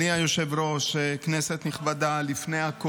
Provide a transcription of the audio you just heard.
יש פה נהלים שצריך ללמוד אותם,